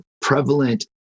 prevalent